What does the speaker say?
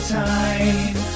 time